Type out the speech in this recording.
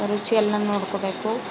ರುಚಿಯೆಲ್ಲ ನೋಡ್ಕೋಬೇಕು